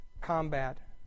combat